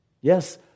Yes